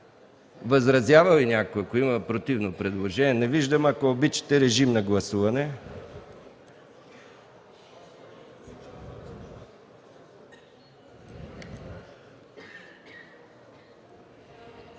Възразява ли някой? Има ли противно предложение? Не виждам. Ако обичате, режим на гласуване.